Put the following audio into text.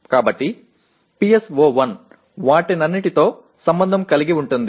కాబట్టి PSO1 వాటన్నిటితో సంబంధం కలిగి ఉంటుంది